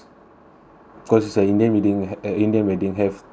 because the indian wedding uh indian wedding have to